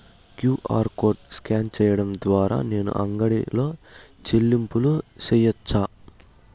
QR code scan సేయడం ద్వారా నేను అంగడి లో చెల్లింపులు సేయొచ్చా?